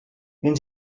wenn